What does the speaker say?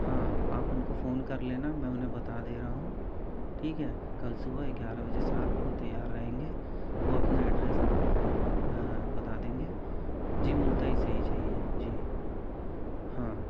हाँ आप उनको फ़ोन कर लेना मैं उन्हें बता दे रहाँ हूंँ ठीक है कल सुबह ग्यारह बजे सार्प वो तैयार रहेंगे वो अपना एड्रेस आपको फ़ोन पर बता देंगे जी मुलतई से ही चाहिए जी हाँ